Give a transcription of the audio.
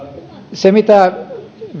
se mitä